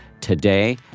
today